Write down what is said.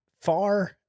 far